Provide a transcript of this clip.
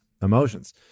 emotions